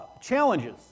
challenges